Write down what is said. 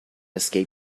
escape